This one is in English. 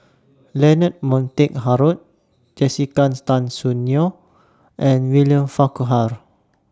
Leonard Montague Harrod Jessica's Tan Soon Neo and William Farquhar